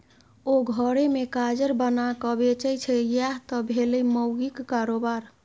ओ घरे मे काजर बनाकए बेचय छै यैह त भेलै माउगीक कारोबार